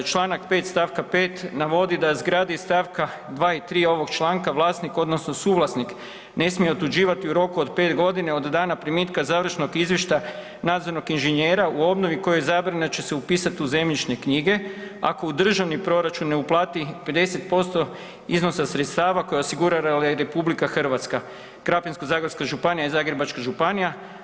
Čl. 5. stavka 5. navodi da zgradi iz stavka 2. i 3. ovog članka, vlasnik odnosno suvlasnik ne smije otuđivati u roku od 5 g. od dana primitka završnog izvještaja nadzornog inženjera u obnovi u kojoj je izabrano da će se upisati u zemljišne knjige ako u državni proračun ne uplati 50% iznosa sredstava koje je osigurala RH, Krapinsko-zagorska županija i Zagrebačka županija.